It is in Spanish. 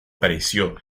apareció